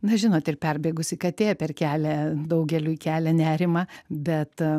na žinot ir perbėgusi katė per kelią daugeliui kelia nerimą bet